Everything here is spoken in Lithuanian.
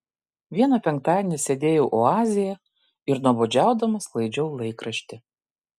vieną penktadienį sėdėjau oazėje ir nuobodžiaudama sklaidžiau laikraštį